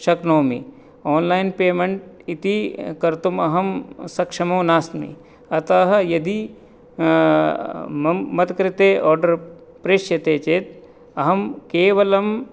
शक्नोमि online payment इति कर्तुम् अहं सक्षमो नास्मि अतः यदि मं मत्कृते आर्डर् प्रेष्यते चेत् अहं केवलं